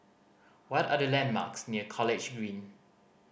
what are the landmarks near College Green